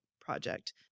project